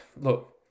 Look